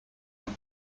him